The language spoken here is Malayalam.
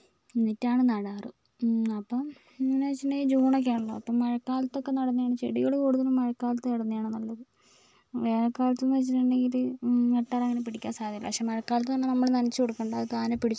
എന്നിട്ടാണ് നടാറ് അപ്പം എന്ന് വെച്ചിട്ടുണ്ടെങ്കിൽ ജൂൺ ഒക്കെ ആണല്ലോ അപ്പം മഴക്കാലത്ത് ഒക്കെ നടുന്നതാണ് ചെടികൾ കൂടുതലും മഴക്കാലത്ത് നടുന്നതാണ് നല്ലത് വേനൽകാലത്ത് എന്ന് വെച്ചിട്ടുണ്ടെങ്കിൽ നട്ടാൽ അങ്ങനെ പിടിക്കാൻ സാധ്യതയില്ല പക്ഷേ മഴക്കാലത്ത് എന്ന് പറഞ്ഞാൽ നമ്മൾ നഞ്ഞച്ചു കൊടുക്കേണ്ട അത് താനെ പിടിച്ചോളും